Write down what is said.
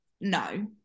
No